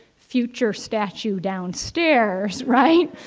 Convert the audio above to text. future statue downstairs, right,